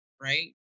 Right